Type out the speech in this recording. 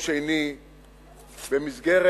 בבקשה.